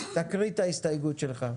תקריא את ההסתייגות שלך.